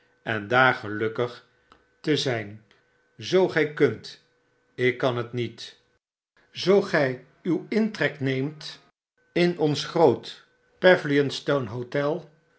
en daar gelukkig te zijn zoo gy kunt ik kan het niet zoo gii uwintrek neemt in ons groot pavilionstone hotel